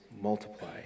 multiply